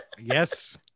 Yes